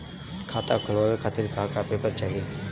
खाता खोलवाव खातिर का का पेपर चाही?